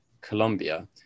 Colombia